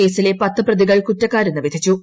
കേസിലെ പത്ത് പ്രതികൾ കുറ്റക്കാരെന്ന് കോടതി വിധിച്ചു